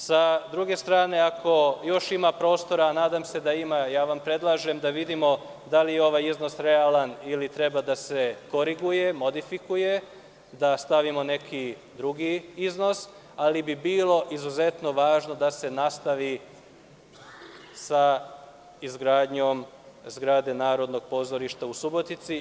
S druge strane, ako još ima prostora, a nadam se da ima, predlažem vam da vidimo da li je ovaj iznos realan ili treba da se koriguje, modifikuje, da stavimo neki drugi iznos, ali bi bilo izuzetno važno da se nastavi sa izgradnjom zgrade Narodnog pozorišta u Subotici.